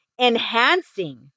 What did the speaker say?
enhancing